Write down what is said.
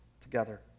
together